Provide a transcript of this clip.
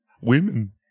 women